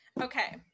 Okay